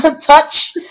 touch